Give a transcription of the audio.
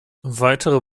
weitere